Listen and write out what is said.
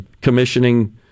commissioning